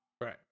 Right